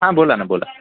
हा बोला नं बोला